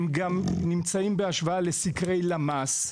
הם גם נמצאים בהשוואה לסקרי למ"ס.